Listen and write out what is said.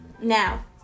Now